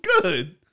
good